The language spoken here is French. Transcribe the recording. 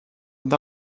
une